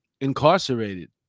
incarcerated